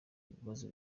ibibazo